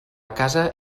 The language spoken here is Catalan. casa